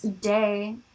day